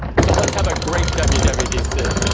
so let's have a great wmdc